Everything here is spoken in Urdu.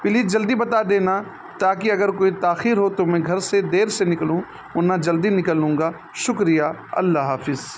پلیج جلدی بتا دینا تاکہ اگر کوئی تاخیر ہو تو میں گھر سے دیر سے نکلوں ورنہ جلدی نکلوں گا شکریہ اللہ حافظ